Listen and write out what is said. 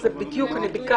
זה מדויק.